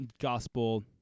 gospel